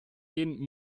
gehen